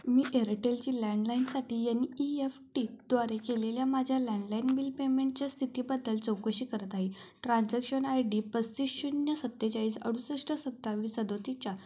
मी एअरटेलची लँडलाईनसाठी N E F टीद्वारे केलेल्या माझ्या लँडलाईन बिल पेमेंटच्या स्थितीबद्दल चौकशी करत आहे ट्रान्झॅक्शन आय डी पस्तीस शून्य सत्तेचाळीस अडुसष्ट सत्तावीस सदतीसच्या